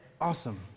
Awesome